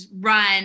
run